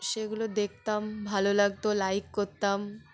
সেগুলো দেখতাম ভালো লাগতো লাইক করতাম